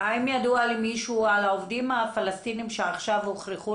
האם ידוע על מישהו מהעובדים הפלסטינים שעכשיו הוכרחו